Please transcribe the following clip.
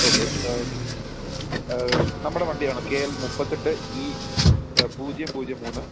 okay നമ്മുടെ വണ്ടിയാണോ K L മുപ്പത്തെട്ട് ഈ പൂജ്യം പൂജ്യം മൂന്ന്